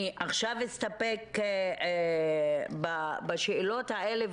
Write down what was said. אני עכשיו אסתפק בשאלות האלה.